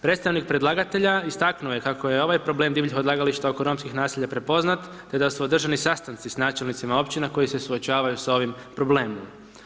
Predstavnik predlagatelja istaknuo je kako je ovaj problem divljih odlagališta oko romskih naselja prepoznat, te da su održani sastanci s načelnicima općina koji se suočavaju s ovim problemom.